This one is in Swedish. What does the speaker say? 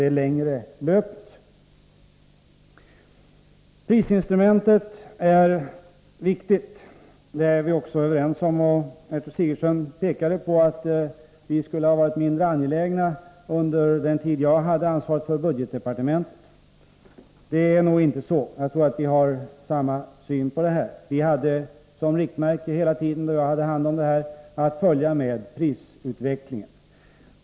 Prisinstrumentet är viktigt. Det är vi också överens om. Gertrud Sigurdsen pekade på att vi skulle ha varit mindre angelägna under den tid jag hade ansvaret för budgetdepartementet. Det är inte så. Jag tror att vi har samma syn på detta. Vi hade som riktmärke, hela tiden jag hade hand om den här frågan, att följa med prisutvecklingen.